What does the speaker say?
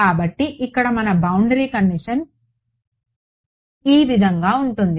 కాబట్టి ఇక్కడ మన బౌండరీ కండిషన్ ఈ విధంగా ఉంటుంది